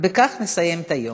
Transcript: ובכך נסיים את היום.